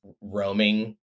roaming